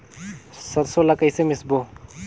सरसो ला कइसे मिसबो?